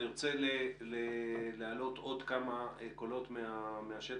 אני רוצה להעלות עוד כמה קולות מהשטח,